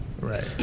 Right